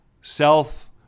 Self